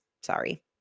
Sorry